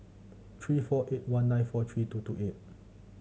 three four eight one nine four three two two eight